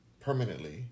permanently